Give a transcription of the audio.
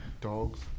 Dogs